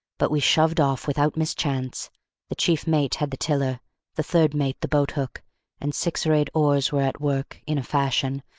but we shoved off without mischance the chief mate had the tiller the third mate the boat-hook and six or eight oars were at work, in a fashion,